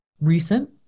recent